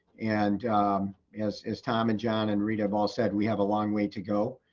and as as tom and john and rita have all said, we have a long way to go.